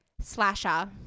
Slasher